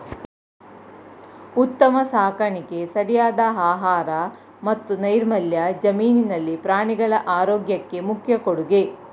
ಉತ್ತಮ ಸಾಕಾಣಿಕೆ ಸರಿಯಾದ ಆಹಾರ ಮತ್ತು ನೈರ್ಮಲ್ಯ ಜಮೀನಿನಲ್ಲಿ ಪ್ರಾಣಿಗಳ ಆರೋಗ್ಯಕ್ಕೆ ಮುಖ್ಯ ಕೊಡುಗೆ